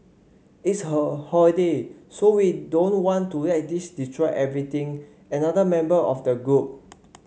it's holiday so we don't want to let this destroy everything another member of the group